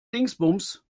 dingsbums